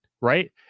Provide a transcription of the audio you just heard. right